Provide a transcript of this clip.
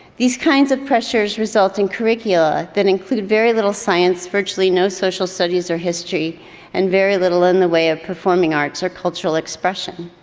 these kinds of pressures result in curricula that include very little science, virtually no social studies or history and very little in the way of performing arts or cultural expression.